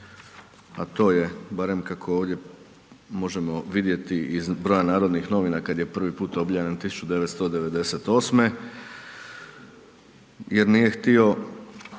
a to je barem kako ovdje možemo vidjeti iz broja Narodnih novina, kada je prvi put objavljen 1998. jer nije htio